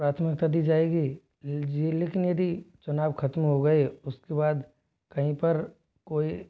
प्राथमिकता दी जाएगी जी लेकिन यदि चुनाव ख़त्म हो गए उसके बाद कहीं पर कोई